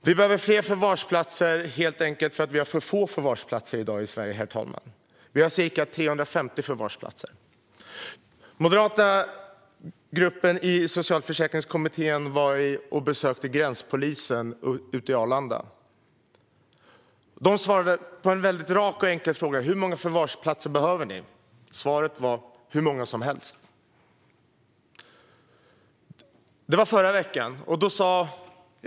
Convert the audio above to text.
Det behövs fler förvarsplatser helt enkelt för att det finns för få förvarsplatser i dag i Sverige, herr talman. Det finns ca 350 förvarsplatser. Den moderata gruppen i socialförsäkringsutskottet besökte gränspolisen på Arlanda. De svarade på en rak och enkel fråga: Hur många förvarsplatser behövs? Svaret var: Hur många som helst. Detta möte skedde i förra veckan.